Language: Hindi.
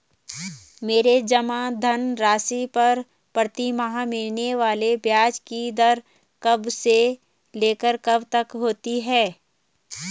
मेरे जमा धन राशि पर प्रतिमाह मिलने वाले ब्याज की दर कब से लेकर कब तक होती है?